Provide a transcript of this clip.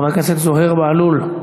חבר הכנסת זוהיר בהלול,